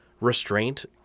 Restraint